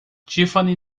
tiffany